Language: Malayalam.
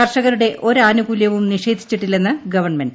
കർഷകരുടെ ഒരാനുകൂല്യവും നിഷ്പേധിച്ചിട്ടില്ലെന്ന് ഗവൺമെന്റ്